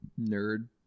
nerd